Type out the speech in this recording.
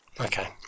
Okay